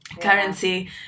currency